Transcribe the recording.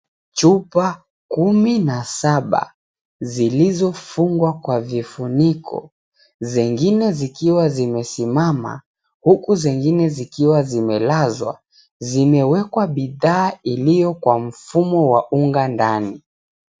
Chupa kumi na saba zilizofungwa kwa vifuniko , zingine zikiwa zimesimama huku zingine zikiwa zimelazwa zimewekwa bidhaa iliyo kwa mfumo wa unga ndani.